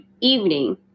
evening